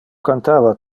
cantava